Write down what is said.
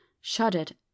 shuddered